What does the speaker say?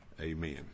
Amen